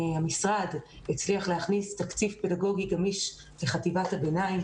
המשרד הצליח להכניס תקציב פדגוגי גמיש לחטיבת הביניים.